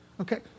okay